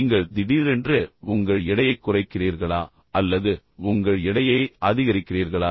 நீங்கள் திடீரென்று உங்கள் எடையைக் குறைக்கிறீர்களா அல்லது உங்கள் எடையை அதிகரிக்கிறீர்களா